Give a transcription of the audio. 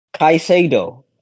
Kaiseido